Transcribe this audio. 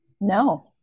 No